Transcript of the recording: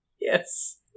Yes